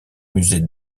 musée